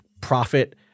profit